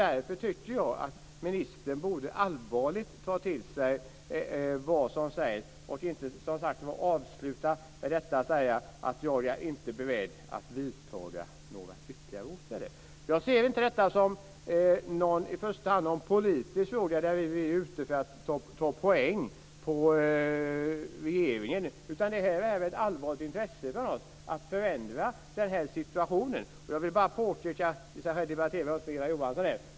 Därför tycker jag att ministern allvarligt borde ta till sig vad som sägs och inte avsluta med att säga: Jag är inte beredd att vidtaga några ytterligare åtgärder. Jag ser inte detta i första hand som en politisk fråga där vi är ute efter att ta poäng på regeringen, utan det är ett allvarligt intresse från oss att förändra situationen. Jag ska i och för sig inte debattera med Eva Johansson här.